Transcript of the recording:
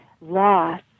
loss